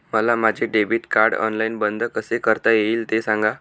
मला माझे debit card online बंद कसे करता येईल, ते सांगा